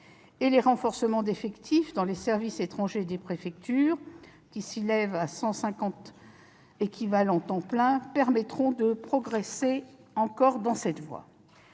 les renforcements d'effectifs dans les services étrangers des préfectures, avec 150 équivalents temps plein, permettront de progresser encore sur cette voie.